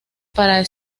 para